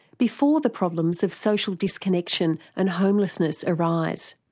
before the problems of social disconnection and homelessness arise.